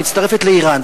היא מצטרפת לאירן.